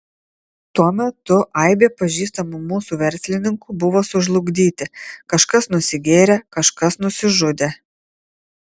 tuo metu aibė pažįstamų mūsų verslininkų buvo sužlugdyti kažkas nusigėrė kažkas nusižudė